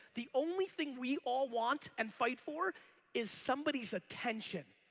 the only thing we all want and fight for is somebody's attention.